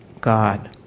God